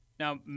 Now